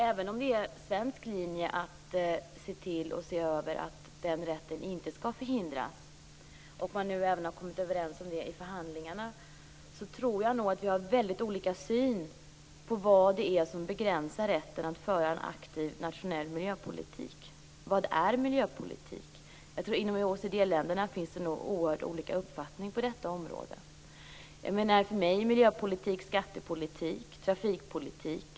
Även om det är en svensk linje att se till att den rätten inte skall förhindras, och man nu även har kommit överens om det i förhandlingarna, tror jag att vi har väldigt olika syn på vad det är som begränsar rätten att föra en aktiv nationell miljöpolitik. Vad är miljöpolitik? Jag tror att det inom OECD länderna finns oerhört många olika uppfattningar på detta område. För mig är miljöpolitik t.ex. skattepolitik och trafikpolitik.